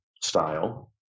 style